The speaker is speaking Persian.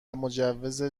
مجوز